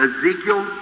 Ezekiel